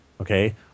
okay